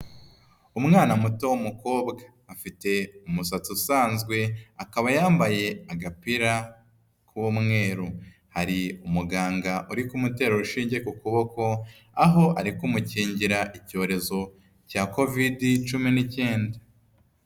Umwana muto w'umukobwa afite umusatsi usanzwe, akaba yambaye agapira k'umweru, hari umuganga uri kumutera urushinge ku kuboko aho ari kumukingira icyorezo cya Kovidi cumi n'icyenda.